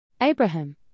Abraham